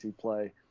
play